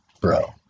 bro